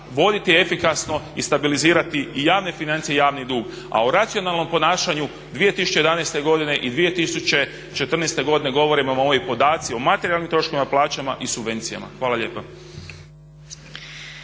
voditi efikasno i stabilizirati i javne financije i javni dug. A o racionalnom ponašanju 2011. godine i 2014. godine govore vam ovi podaci o materijalnim troškovima, plaćama i subvencijama. Hvala lijepa.